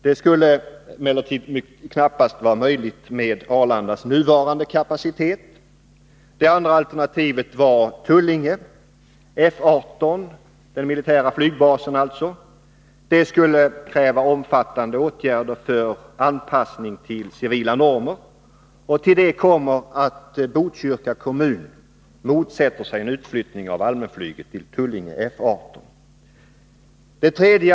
Det skulle emellertid knappast vara möjligt med tanke på Arlandas nuvarande kapacitet. 2. Utflyttning till Tullinge F 18. 3.